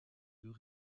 deux